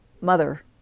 mother